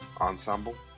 ensemble